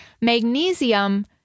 Magnesium